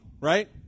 Right